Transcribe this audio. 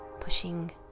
pushing